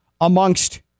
amongst